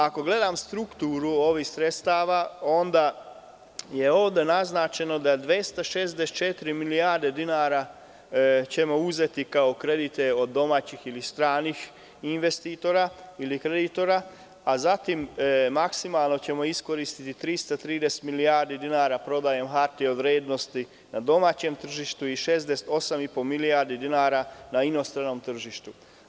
Ako gledam strukturu ovih sredstava, onda je ovde naznačeno da će 264 milijarde dinara uzeti kao kredite od domaćih ili stranih investitora ili kreditora, a zatim ćemo maksimalno iskoristiti 330 milijardi dinara prodajom hartija od vrednosti na domaćem tržištu i 68,5 milijardi dinara na inostranom tržištu.